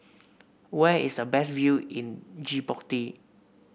where is the best view in Djibouti